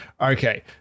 Okay